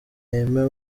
aime